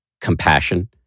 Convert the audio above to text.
compassion